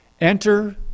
Enter